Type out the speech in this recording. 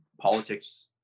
politics